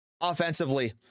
offensively